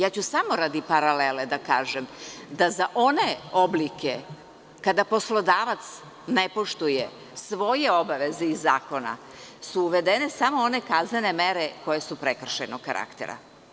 Ja ću samo radi paralele da kažem da za one oblike kada poslodavac ne poštuje svoje obaveze iz zakona, su uvedene samo one kaznene mere koje su prekršajnog karaktera.